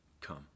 Come